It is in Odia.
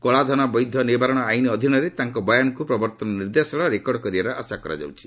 କଳାଧନ ବୈଧ ନିବାରଣ ଆଇନ୍ ଅଧୀନରେ ତାଙ୍କ ବୟାନକୁ ପ୍ରବର୍ତ୍ତନ ନିର୍ଦ୍ଦେଶାଳୟ ରେକର୍ଡ କରିବାର ଆଶା କରାଯାଉଛି